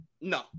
No